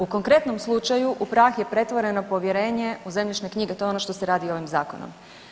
U konkretnom slučaju u prah je pretvoreno povjerenje u zemljišne knjige, to je ono što se radi ovim zakonom.